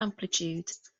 amplitude